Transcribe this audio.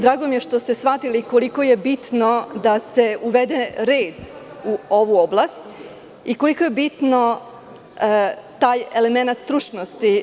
Drago mi je što ste shvatili koliko je bitno da se uvede red u ovu oblast i koliko je bitno da se favorizuje taj element stručnosti.